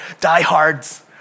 diehards